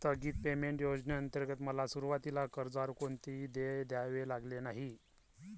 स्थगित पेमेंट योजनेंतर्गत मला सुरुवातीला कर्जावर कोणतेही देय द्यावे लागले नाही